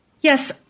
Yes